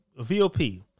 VOP